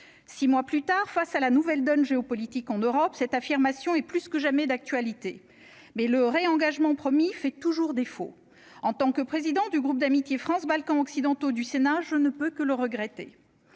6 mois plus tard, face à la nouvelle donne géopolitique en Europe, cette affirmation est plus que jamais d'actualité, mais le réengagement promis fait toujours défaut en tant que président du groupe d'amitié France-Balkans occidentaux du Sénat, je ne peux que le regretter,